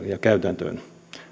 käytäntöön